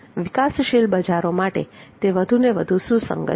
વિકાસશીલ બજારો માટે તે વધુ ને વધુ સુસંગત છે